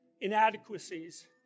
inadequacies